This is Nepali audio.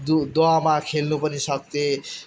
द दहमा खेल्नु पनि सक्थेँ